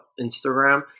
Instagram